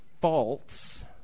faults